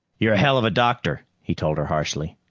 you're a helluva doctor, he told her harshly.